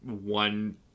one